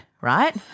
right